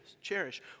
cherish